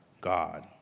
God